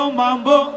mambo